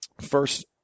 first